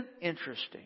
interesting